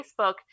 Facebook